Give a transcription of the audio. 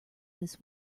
this